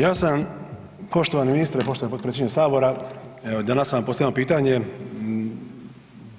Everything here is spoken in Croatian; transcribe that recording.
Ja sam poštovani ministre, poštovani potpredsjedniče sabora evo i danas sam postavio jedno pitanje,